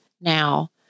now